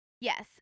Yes